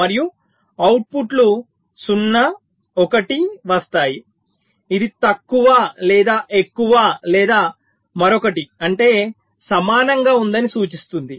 మరియు అవుట్పుట్ లు 0 1 వస్తాయి ఇది తక్కువ లేదా ఎక్కువ లేదా మరొకటి అంటే సమానంగా ఉందని సూచిస్తుంది